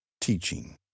teaching